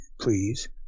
please